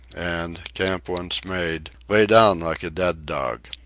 and camp once made, lay down like a dead dog.